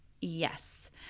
Yes